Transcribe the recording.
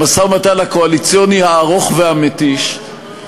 המשא-ומתן הקואליציוני הארוך והמתיש,